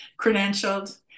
credentialed